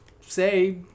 say